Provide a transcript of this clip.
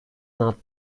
not